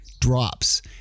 drops